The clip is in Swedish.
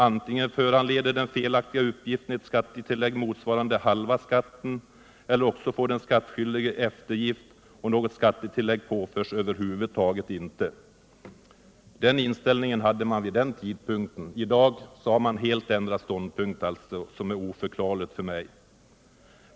Antingen föranleder den fetaktiga uppgiften et skattetillägg motsvarande halva skatten, eller också får den skattskyldige eftergift, och något skattetillägg påförs över huvud taget inte. Den inställningen hade man vid den udpunkten. I dag har man alltså helt ändrat ståndpunkt, vilket för mig är oförklarligt.